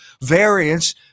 variants